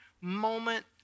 moment